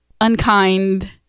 unkind